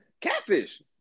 Catfish